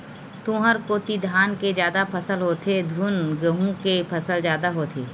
तुँहर कोती धान के जादा फसल होथे धुन गहूँ के फसल जादा होथे?